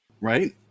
Right